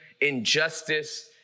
injustice